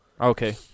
Okay